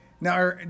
Now